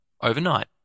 overnight